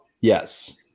Yes